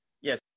Yes